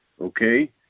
okay